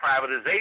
privatization